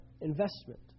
investment